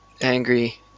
angry